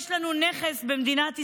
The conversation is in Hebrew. יש לנו נכס במדינת ישראל.